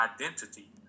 identity